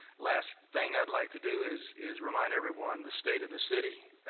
last thing i'd like to do is is remind everyone the state of the city,